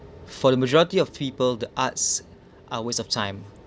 for the majority of people the arts are waste of time